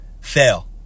fail